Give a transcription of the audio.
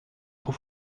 por